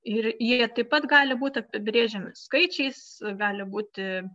ir jie taip pat gali būti apibrėžiami skaičiais gali būti